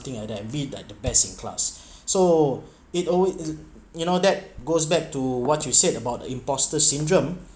like that be like the best in class so it alwa~ you know that goes back to what you said about the imposter syndrome